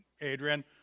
Adrian